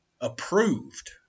approved